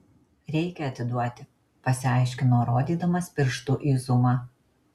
reikia atiduoti pasiaiškino rodydamas pirštu į zumą